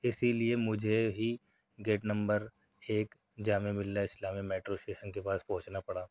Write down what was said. اِسی لیے مجھے ہی گیٹ نمبر ایک جامعہ ملیہ اسلامیہ میٹرو اسٹیشن کے پاس پہونچنا پڑا